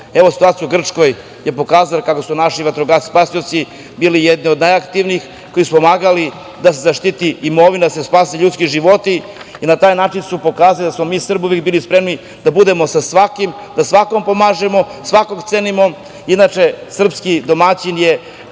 situacija u Grčkoj je pokazala kako su naši vatrogasci spasioci, bili jedni od najaktivnijih, koji su pomagali da se zaštiti imovina, da se spasu ljudski životi, na taj način su pokazali da smo mi Srbi uvek bili spremni da budemo sa svakim, da svakom pomažemo, svakog cenimo. Inače, srpski domaćin je